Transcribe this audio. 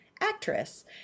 actress